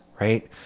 right